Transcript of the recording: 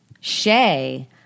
Shay